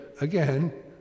again